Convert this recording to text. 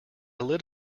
lit